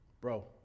bro